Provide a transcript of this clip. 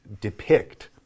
depict